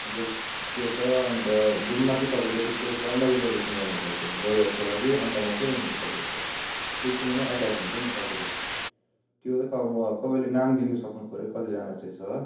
अन्त त्यो छ अन्त घुममा चाहिँ तपाईँले चाहिँ त्यो पहिल्यै रिजर्भेवेसन गर्नुपर्छ जोइराइडको लागि अन्त मात्रै हुन्छ तपाईँहरूको त्यहीसँगनै एट्याच हुन्छ तपाईँको त्यो त म तपाईँले नाम दिनु सक्नुपऱ्यो कतिजना चाहिँ छ